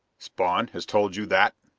spawn has told you that?